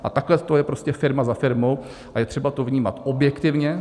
A takhle to je prostě firma za firmou a je třeba to vnímat objektivně.